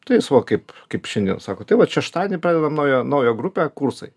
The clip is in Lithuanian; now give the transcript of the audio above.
tai jis va kaip kaip šiandien sako tai vat šeštadienį pradedam naują naują grupę kursai